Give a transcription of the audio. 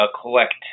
collect